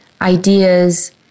ideas